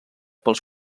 pels